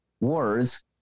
wars